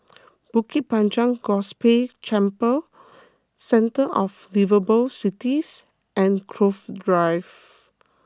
Bukit Panjang Gospel Chapel Centre of Liveable Cities and Cove Drive